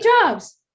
Jobs